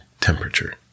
temperature